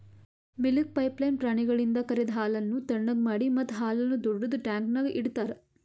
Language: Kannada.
ಮಿಲ್ಕ್ ಪೈಪ್ಲೈನ್ ಪ್ರಾಣಿಗಳಿಂದ ಕರೆದ ಹಾಲನ್ನು ಥಣ್ಣಗ್ ಮಾಡಿ ಮತ್ತ ಹಾಲನ್ನು ದೊಡ್ಡುದ ಟ್ಯಾಂಕ್ನ್ಯಾಗ್ ಇಡ್ತಾರ